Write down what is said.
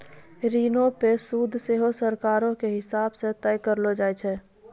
ऋणो पे सूद सेहो सरकारो के हिसाब से तय करलो जाय छै